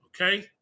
Okay